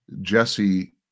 Jesse